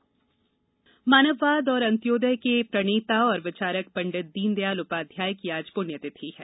दीनदयाल पुण्यतिथि मानववाद और अंत्योदय के प्रणेता और विचारक पंडित दीनदयाल उपाध्याय की आज पुण्यतिथि है